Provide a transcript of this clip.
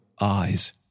eyes